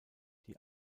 die